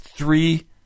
three